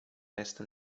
jestem